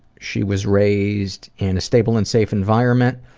she was raised in a stable and safe environment.